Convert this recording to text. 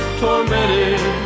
tormented